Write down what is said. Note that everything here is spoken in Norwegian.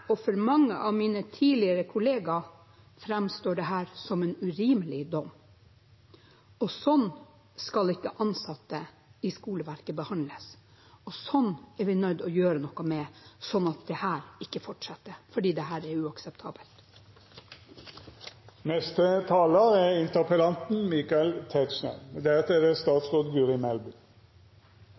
og for mange av mine tidligere kollegaer framstår dette som en urimelig dom. Sånn skal ikke ansatte i skoleverket behandles. Vi er nødt til å gjøre noe med det så det ikke fortsetter, fordi dette er uakseptabelt. Jeg vil takke mine medrepresentanter for både engasjement og interesse for saken, uansett partitilhørighet, det synes jeg er